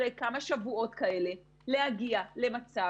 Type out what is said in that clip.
אנחנו יכולים להגיע אליהם,